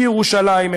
בירושלים,